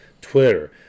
Twitter